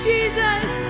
Jesus